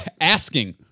asking